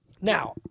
Now